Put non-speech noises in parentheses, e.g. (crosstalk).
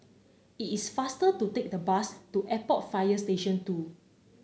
(unintelligible) it's faster to take the bus to Airport Fire Station Two